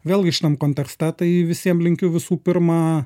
vėlgi šitam kontekste tai visiem linkiu visų pirma